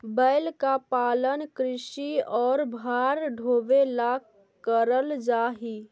बैल का पालन कृषि और भार ढोवे ला करल जा ही